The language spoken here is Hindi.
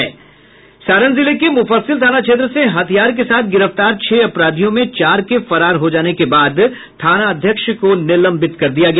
सारण जिले के मुफस्सिल थाना क्षेत्र से हथियार के साथ गिरफ्तार छह अपराधियों में चार के फरार हो जाने के बाद थानाध्यक्ष को निलंबित कर दिया गया